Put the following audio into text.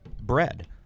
bread